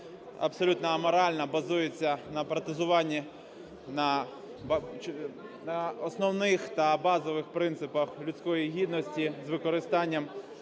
абсолютно аморальна, базується на ….… на основних та базових принципах людської гідності з використанням